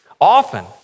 often